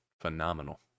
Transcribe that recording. phenomenal